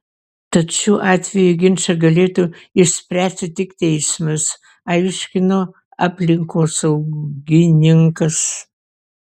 tad šiuo atveju ginčą galėtų išspręsti tik teismas aiškino aplinkosaugininkas